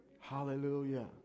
Hallelujah